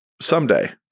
Someday